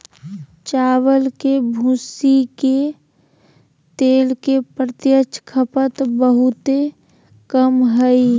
चावल के भूसी के तेल के प्रत्यक्ष खपत बहुते कम हइ